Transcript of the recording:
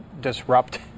disrupt